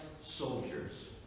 soldiers